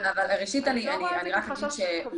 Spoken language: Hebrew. אני לא רואה את זה כחשש כבד.